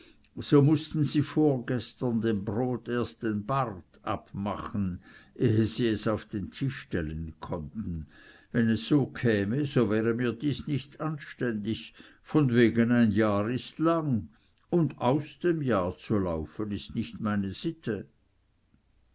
so mußten sie vorgestern dem brot erst den bart abmachen ehe sie es auf den tisch stellen konnten wenn es so käme so wäre dies mir nicht anständig von wegen ein jahr ist lang und aus dem jahr zu laufen ist nicht meine sitte